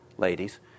Ladies